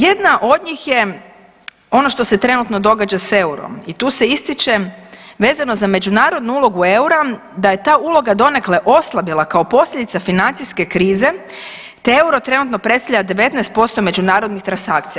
Jedna od njih je ono što se trenutno događa s eurom i tu se ističe, vezano za međunarodnu ulogu eura da je ta uloga donekle oslabila kao posljedica financijske krize te euro trenutno predstavlja 19% međunarodnih transakcija.